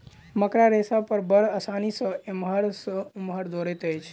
मकड़ा रेशा पर बड़ आसानी सॅ एमहर सॅ ओमहर दौड़ैत अछि